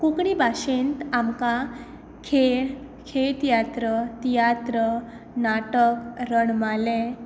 कोंकणी भाशेंत आमकां खेळ खेळ तियात्र तियात्र नाटक रणमाले